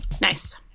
Nice